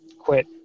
quit